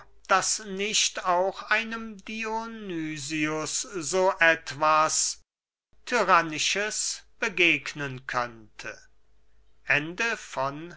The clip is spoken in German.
daß nicht auch einem dionysius so etwas tyrannisches begegnen könnte